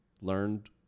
learned